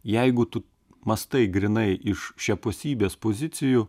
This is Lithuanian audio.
jeigu tu mąstai grynai iš šiapusybės pozicijų